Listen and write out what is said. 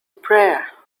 prayer